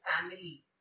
family